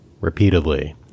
repeatedly